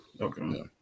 Okay